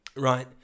Right